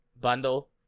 bundle